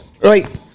right